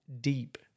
deep